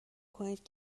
کنید